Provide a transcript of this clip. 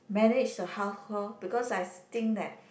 manage the household because I think that